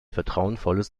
vertrauensvolles